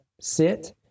sit